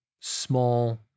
small